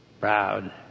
proud